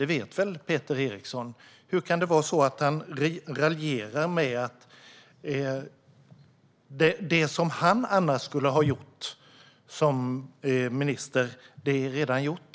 Det vet väl Peter Eriksson. Hur kan han raljera över att det som han annars skulle ha gjort som minister redan är gjort?